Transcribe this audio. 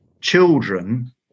children